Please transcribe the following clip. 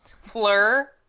Fleur